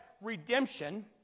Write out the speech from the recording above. redemption